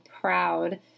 proud